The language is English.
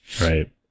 Right